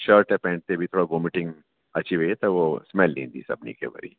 shirt ऐं pant ते बि थोरा वोमिटिंग अची वई त उहो स्मैल ईंदी सभिनी खे वरी